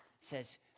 says